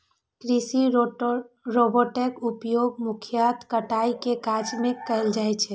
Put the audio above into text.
कृषि रोबोटक उपयोग मुख्यतः कटाइ के काज मे कैल जाइ छै